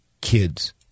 kids